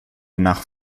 nach